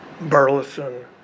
Burleson